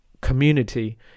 community